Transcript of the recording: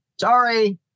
Sorry